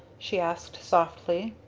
she asked softly.